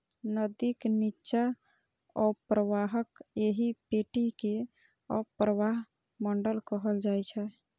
नदीक निच्चा अवप्रवाहक एहि पेटी कें अवप्रवाह मंडल कहल जाइ छै